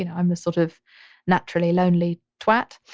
you know i'm a sort of naturally lonely twat.